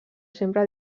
sempre